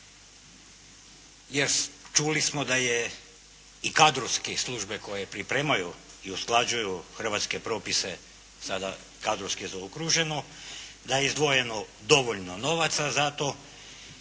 jer čuli smo da je i kadrovske službe koje pripremaju i usklađuju hrvatske propise sada kadrovske zaokruženo, da je izdvojeno dovoljno novaca za to